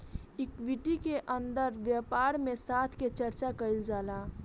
equity के अंदर व्यापार में साथ के चर्चा कईल जाला